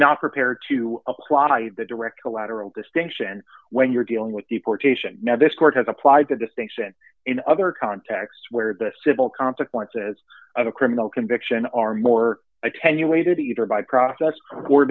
not prepared to apply the direct collateral distinction when you're dealing with deportation now this court has applied the distinction in other contexts where the civil consequences of a criminal conviction are more attenuated either by process or